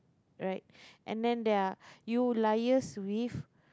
right and then there are you liars with